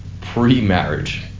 pre-marriage